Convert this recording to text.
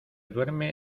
duerme